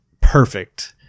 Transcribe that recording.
Perfect